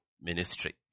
ministry